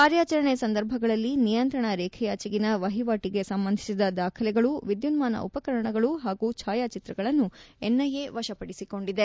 ಕಾರ್ಯಾಚರಣೆ ಸಂದರ್ಭಗಳಲ್ಲಿ ನಿಯಂತ್ರಣ ರೇಖೆಯಾಚೆಗಿನ ವಹಿವಾಟಿಗೆ ಸಂಬಂಧಿಸಿದ ದಾಖಲೆಗಳು ವಿದ್ಯುನ್ನಾನ ಉಪಕರಣಗಳು ಹಾಗೂ ಛಾಯಾಚಿತ್ರಗಳನ್ನು ಎನ್ಐಎ ವಶಪಡಿಸಿಕೊಂಡಿದೆ